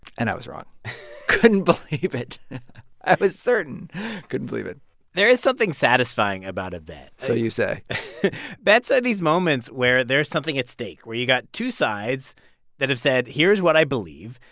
and i was wrong couldn't believe it. i was certain couldn't believe it there is something satisfying about a bet so you say bets are these moments where there's something at stake, where you've got two sides that have said, here's what i believe.